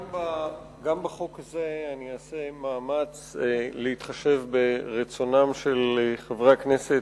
גם בחוק הזה אני אעשה מאמץ להתחשב ברצונם של חברי הכנסת,